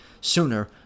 sooner